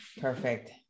Perfect